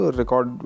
record